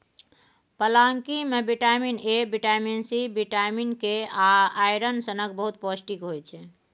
पलांकी मे vitamin A, vitamin C, vitamin K आ आइरन सनक बहुत पौष्टिक होइ छै